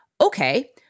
Okay